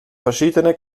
verschiedene